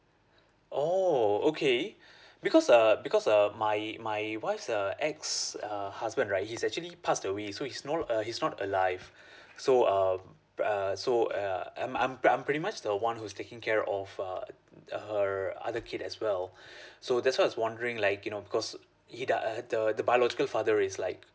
oh okay because uh because uh my my wife's uh ex err husband right he's actually passed away so he's no uh he's not alive so um uh so uh I'm I'm I'm pretty much the one who's taking care of uh her other kid as well so that's why I was wondering like you know because he the uh the the biological father is like